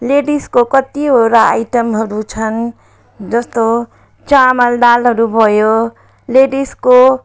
लेडिजको कत्तिवटा आइटमहरू छन् जस्तो चामल दालहरू भयो लेडिजको